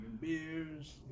beers